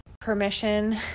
permission